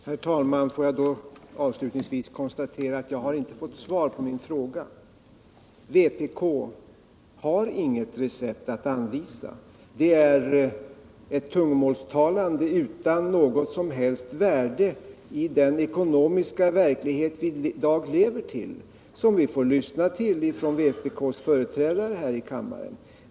Herr talman! Får jag då avslutningsvis konstatera att jag inte har fått svar på min fråga. Vpk har inget recept att anvisa. Det är ett tungomålstalande utan något som helst värde i den ekonomiska verklighet vi i dag lever i som vi får lyssna till från vpk:s företrädare här i kammaren.